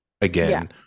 again